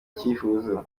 cyifuzo